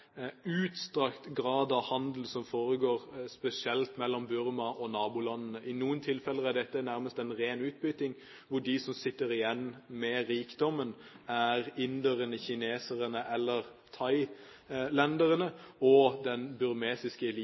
utstrakt grad av handel som foregår, spesielt mellom Burma og nabolandene. I noen tilfeller er dette nærmest en ren utbytting, hvor de som sitter igjen med rikdommen, er inderne, kineserne eller thailenderne, og den burmesiske eliten. Det er altfor liten grad av velstandsfordeling internt i